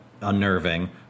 unnerving